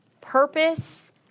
purpose